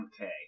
Okay